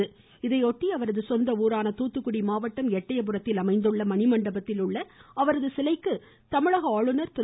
இந்நாளையொட்டி அவரது சொந்த ஊரான துாத்துகுடி மாவட்டம் எட்டயபுரத்தில் அமைந்துள்ள மணிமண்டபத்தில் உள்ள அவரது சிலைக்கு தமிழக ஆளுநர் திரு